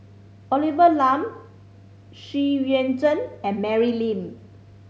Olivia Lum Xu Yuan Zhen and Mary Lim